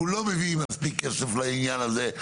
והוא לא מביא מספיק כסף לעניין הזה,